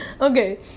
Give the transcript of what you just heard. Okay